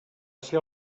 ser